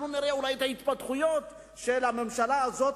אנחנו נראה אולי את ההתפתחויות של הממשלה הזאת,